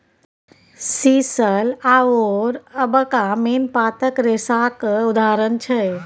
sisal आओर अबाका मेन पातक रेशाक उदाहरण छै